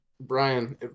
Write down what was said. Brian